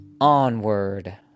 onward